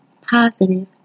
positive